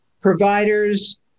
providers